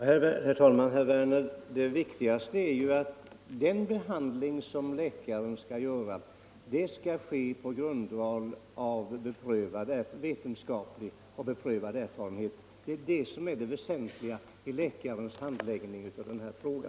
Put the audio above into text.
Herr talman! Det viktigaste är ju, herr Werner i Malmö, att den behandling som läkaren ger skall ske på grundval av vetenskap och beprövad erfarenhet. Det är det som är det väsentliga vid läkarens handläggning av denna fråga.